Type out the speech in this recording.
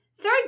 Third